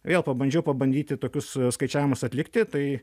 vėl pabandžiau pabandyti tokius skaičiavimus atlikti tai